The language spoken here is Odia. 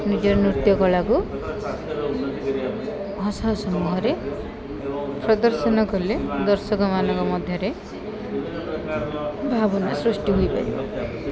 ନିଜର ନୃତ୍ୟ କଳାକୁ ହସହସ ମୂହରେ ପ୍ରଦର୍ଶନ କଲେ ଦର୍ଶକମାନଙ୍କ ମଧ୍ୟରେ ଭାବନା ସୃଷ୍ଟି ହୋଇଥାଏ